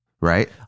right